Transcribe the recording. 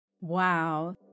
Wow